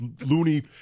loony